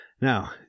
Now